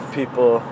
people